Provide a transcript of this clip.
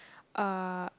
uh